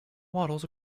waddles